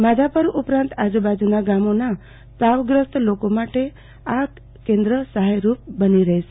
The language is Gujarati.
માધાપર ઉપરાંત આજુબાજુના ગામોના તાવગ્રસ્ત લોકો માટે સહાયરૂપ બની રહેશે